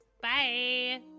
Bye